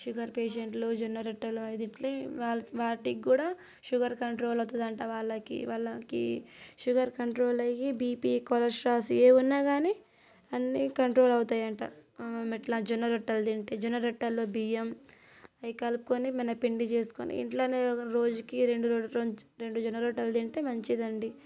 sugar పేషెంట్లు జొన్న రొట్టెలు అయి తింటే వా వాటికి కూడా షుగర్ కంట్రోల్ అవుతుంది అంట వాళ్ళకి వాళ్ళకి షుగర్ కంట్రోల్ అయ్యి బీపీ కొలేస్త్రోల్ ఏమున్నా కానీ అన్ని కంట్రోల్ అవుతాయంట ఎట్లా జొన్న రొట్టెలు తింటే జొన్న రొట్టెల బియ్యం అవి కలుపుకొని మనం పిండి చేసుకొని ఇంట్లోనే రోజుకి రెండు రెండు రెండు జొన్న రొట్టెలు తింటే మంచిదండి